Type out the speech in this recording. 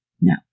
No